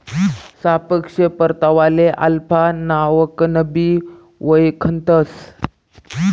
सापेक्ष परतावाले अल्फा नावकनबी वयखतंस